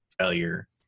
failure